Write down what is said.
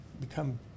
become